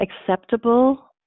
acceptable